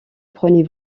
prenez